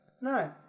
No